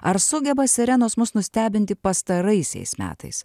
ar sugeba sirenos mus nustebinti pastaraisiais metais